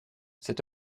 cet